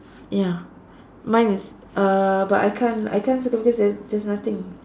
ya mine is uh but I can't I can't circle because there's there's nothing